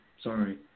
Sorry